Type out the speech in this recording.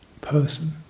person